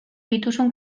dituzun